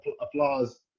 applause